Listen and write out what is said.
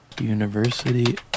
university